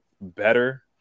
better